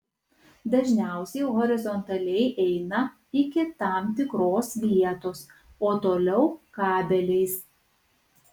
dažniausiai horizontaliai eina iki tam tikros vietos o toliau kabeliais